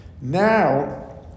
Now